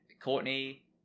Courtney